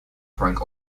frank